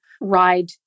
ride